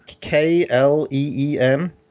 K-L-E-E-N